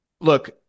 look